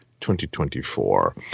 2024